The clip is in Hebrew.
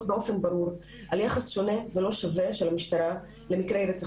באופן ברור על יחס שונה ולא שווה של המשטרה למקרי רצח